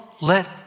let